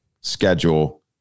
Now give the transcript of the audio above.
schedule